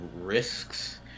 risks